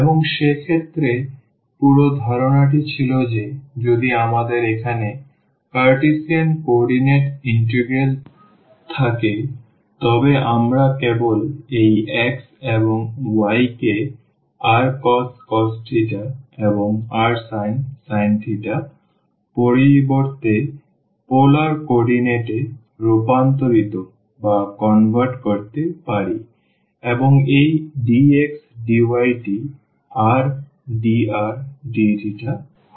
এবং সেক্ষেত্রে পুরো ধারণা টি ছিল যে যদি আমাদের এখানে কার্টেসিয়ান কোঅর্ডিনেট এ ইন্টিগ্রাল থাকে তবে আমরা কেবল এই x এবং y কে rcos এবং rsin পরিবর্তে পোলার কোঅর্ডিনেট এ রূপান্তরিত করতে পারি এবং এই dx dy টি r dr dθ হয়ে উঠবে